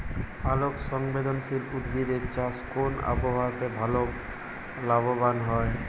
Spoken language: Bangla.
আলোক সংবেদশীল উদ্ভিদ এর চাষ কোন আবহাওয়াতে ভাল লাভবান হয়?